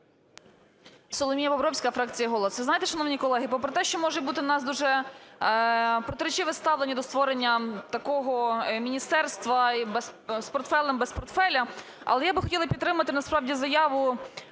Соломія Бобровська, фракція "Голос".